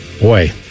Boy